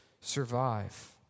survive